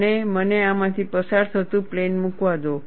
અને મને આમાંથી પસાર થતું પ્લેન મૂકવા દો